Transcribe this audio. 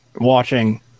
watching